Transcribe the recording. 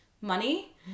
money